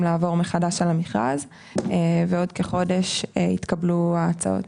לעבור מחדש על המכרז ואז יתקבלו ההצעות.